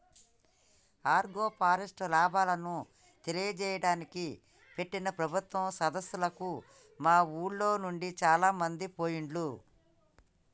agroforest లాభాలను తెలియజేయడానికి పెట్టిన ప్రభుత్వం సదస్సులకు మా ఉర్లోనుండి చాలామంది పోయిండ్లు